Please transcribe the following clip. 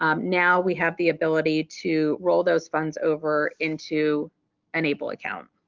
um now we have the ability to roll those funds over into an able account.